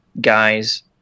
guys